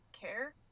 care